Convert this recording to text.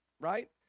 right